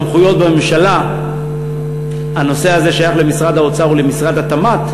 הסמכויות בממשלה הנושא הזה שייך למשרד האוצר או למשרד התמ"ת,